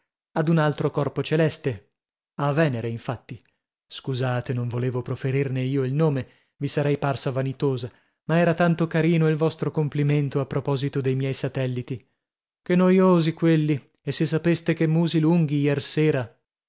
ad un altro corpo celeste a venere infatti scusate non volevo proferirne io il nome vi sarei parsa vanitosa ma era tanto carino il vostro complimento a proposito dei miei satelliti che noiosi quelli e se sapeste che musi lunghi iersera